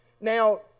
Now